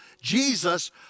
Jesus